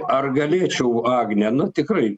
ar galėčiau agne nu tikrai